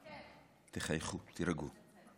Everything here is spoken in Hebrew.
תחייכו, תירגעו.